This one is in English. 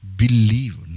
believe